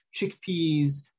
chickpeas